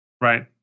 Right